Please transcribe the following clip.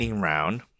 round